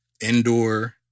indoor